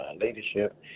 leadership